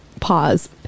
Pause